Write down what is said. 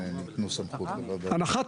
הנחת